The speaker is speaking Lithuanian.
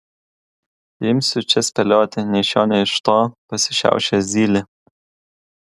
imsiu čia spėlioti nei iš šio nei iš to pasišiaušė zylė